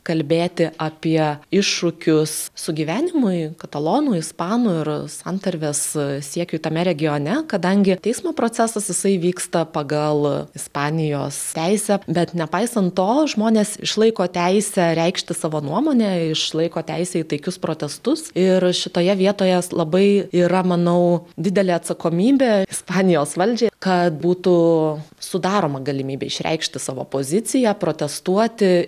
kalbėti apie iššūkius sugyvenimui katalonų ispanų ir santarvės siekiu tame regione kadangi teismo procesas jisai vyksta pagal ispanijos teisę bet nepaisant to žmonės išlaiko teisę reikšti savo nuomonę išlaiko teisę į taikius protestus ir šitoje vietoje labai yra manau didelė atsakomybė ispanijos valdžiai kad būtų sudaroma galimybė išreikšti savo poziciją protestuoti